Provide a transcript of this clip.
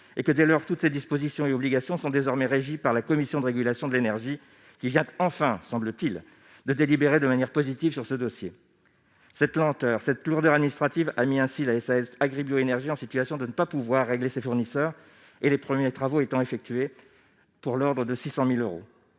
et que dès lors, toutes ces dispositions et obligations sont désormais régi par la Commission de régulation de l'énergie, il y a, enfin, semble-t-il, de délibéré de manière positive sur ce dossier, cette lenteur, cette lourdeur administrative a ainsi l'ASS agri-bio énergies en situation de ne pas pouvoir régler ses fournisseurs et les premiers travaux étant effectué pour l'Ordre de 600000 euros,